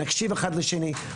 נקשיב אחד לשני,